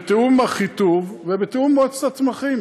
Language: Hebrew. זה בתיאום עם אחיטוב ובתיאום עם מועצת הצמחים.